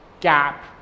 gap